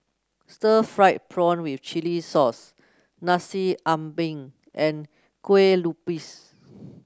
Stir Fried Prawn with Chili Sauce Nasi Ambeng and Kuih Lopes